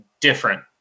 different